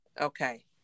Okay